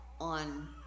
on